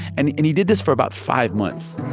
and and he did this for about five months